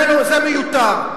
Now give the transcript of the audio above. זה מיותר.